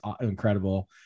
incredible